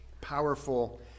powerful